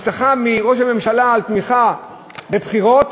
הבטחה מראש הממשלה, לתמיכה בבחירות.